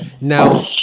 now